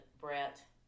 Brett